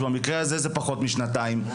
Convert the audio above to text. במקרה הזה פחות משנתיים,